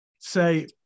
Say